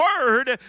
word